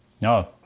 No